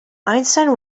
einstein